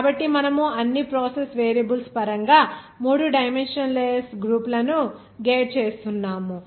కాబట్టి మనము అన్ని ప్రాసెస్ వేరియబుల్స్ పరంగా మూడు డైమెన్షన్ లెస్ గ్రూపులను గేట్ చేస్తున్నాము